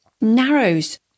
narrows